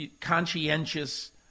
conscientious